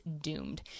doomed